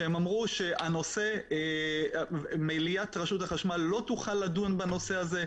שבה הם אמרו שמליאת רשות החשמל לא תוכל לדון בנושא הזה.